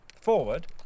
forward